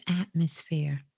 atmosphere